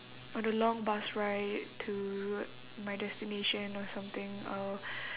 on the long bus ride to my destination or something or